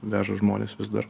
veža žmones vis dar